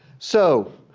so,